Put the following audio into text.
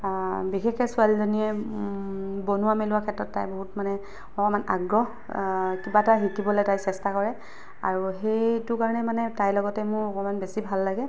বিশেষকৈ ছোৱালীজনীয়ে বনোৱা মেলোৱা ক্ষেত্ৰত তাই বহুত মানে অকণমান আগ্ৰহ কিবা এটা শিকিবলৈ তাই চেষ্টা কৰে আৰু সেইটো কাৰণে মানে তাইৰ লগতে মোৰ অকণমান বেছি ভাল লাগে